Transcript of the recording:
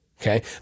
Okay